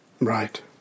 Right